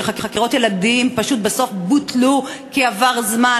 שחקירות ילדים פשוט בסוף בוטלו כי עבר זמן,